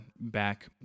back